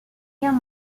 guerre